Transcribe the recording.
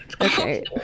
okay